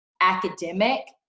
academic